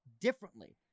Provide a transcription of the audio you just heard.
differently